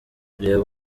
reba